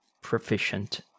proficient